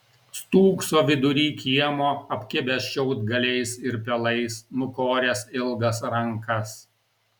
stūkso vidury kiemo apkibęs šiaudgaliais ir pelais nukoręs ilgas rankas